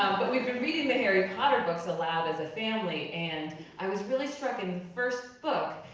but we've been reading the harry potter books aloud as a family, and i was really struck in the first book.